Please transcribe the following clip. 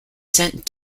sent